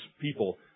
people